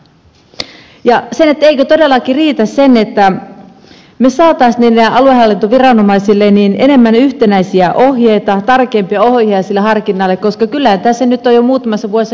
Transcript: eikö todellakin riitä se että me saisimme niille aluehallintoviranomaisille enemmän yhtenäisiä ohjeita tarkempia ohjeita siihen harkintaan koska kyllähän tässä nyt on jo muutamassa vuodessa kokemuksia saatu aikaiseksi